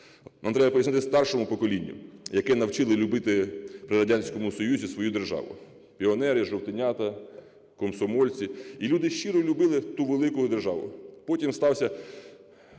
Нам треба пояснити старшому поколінню, яке навчили любити при Радянському Союзі свою державу: піонери, жовтенята, комсомольці. І люди щиро любили ту велику державу. Потім сталася